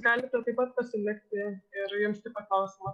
galite taip pat pasilikti ir jums taip pat klausimą